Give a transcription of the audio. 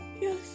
Yes